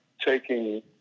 taking